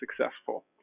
successful